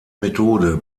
methode